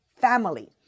family